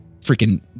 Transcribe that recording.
freaking